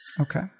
Okay